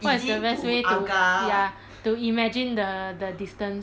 what's the best way to ya to imagine the the distance